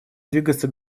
двигаться